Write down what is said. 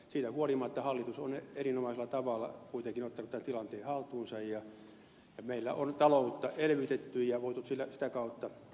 siitä huolimatta hallitus on erinomaisella tavalla kuitenkin ottanut tämän tilanteen haltuunsa ja meillä on taloutta elvytetty ja voitu sitä kautta työllisyyttä ylläpitää